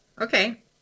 Okay